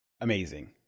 Amazing